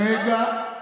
רגע.